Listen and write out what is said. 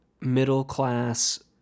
middle-class